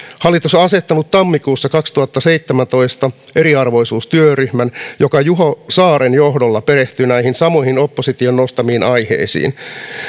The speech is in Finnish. hallitus on asettanut tammikuussa kaksituhattaseitsemäntoista eriarvoisuustyöryhmän joka juho saaren johdolla perehtyy näihin samoihin opposition nostamiin aiheisiin